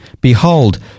behold